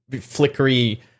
flickery